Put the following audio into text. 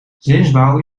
zinsbouw